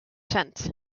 tent